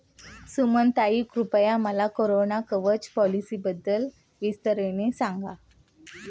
सुमनताई, कृपया मला कोरोना कवच पॉलिसीबद्दल विस्ताराने सांगा